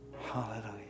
Hallelujah